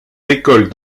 écoles